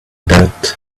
that